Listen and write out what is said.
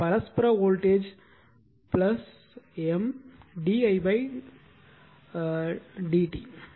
எனவே பரஸ்பர voltage M d I d i1 dt